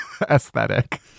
aesthetic